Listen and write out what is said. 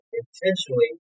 intentionally